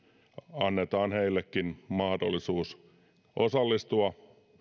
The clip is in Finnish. annetaan heillekin mahdollisuus osallistua